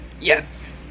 Yes